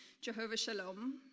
Jehovah-Shalom